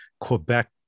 Quebec